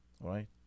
right